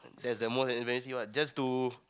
that's the most embarrassing one just to